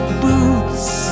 boots